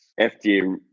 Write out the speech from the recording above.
FDA